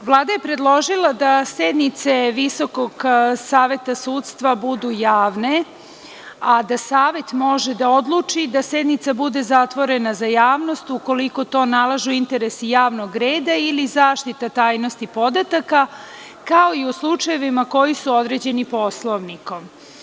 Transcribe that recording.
Vlada je predložila da sednice Visokog saveta sudstva budu javne, a da Savet može da odluči da sednica bude zatvorena za javnost, ukoliko to nalažu interesi javnog reda ili zaštita tajnosti podataka, kao i u slučajevima koji su određeni poslovnikom.